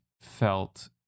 felt